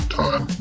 time